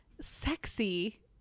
sexy